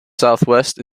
southwest